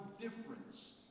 difference